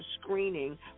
screening